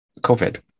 COVID